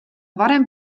varem